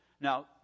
Now